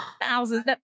thousands